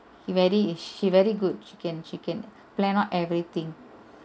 he very she very good she can she can plan out everything